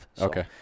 Okay